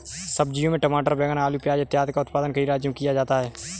सब्जियों में टमाटर, बैंगन, आलू, प्याज इत्यादि का उत्पादन कई राज्यों में किया जाता है